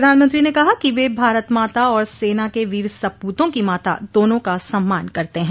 प्रधानमंत्री ने कहा कि वे भारत माता और सेना के वीर सप्रतों की माता दोनों का सम्मान करते हैं